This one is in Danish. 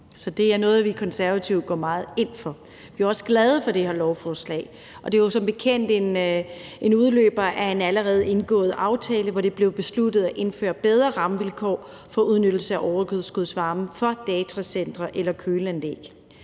Så det er noget, vi Konservative går meget ind for. Vi er også glade for det her lovforslag, og det er jo som bekendt en udløber af en allerede indgået aftale, hvor det blev besluttet at indføre bedre rammevilkår for udnyttelsen af overskudsvarme fra datacentre eller køleanlæg,